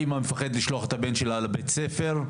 האימא מפחדת לשלוח את הבן שלה לבית הספר,